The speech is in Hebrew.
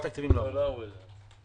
לא אמרו את זה.